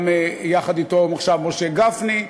ויחד אתו עכשיו משה גפני,